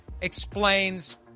explains